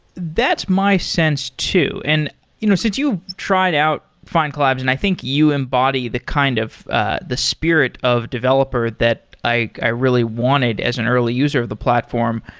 that's my sense too. and you know since you tried out findcollabs, and i think you embody the kind of ah the spirit of developer that i i really wanted as an early user of the platform,